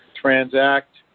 transact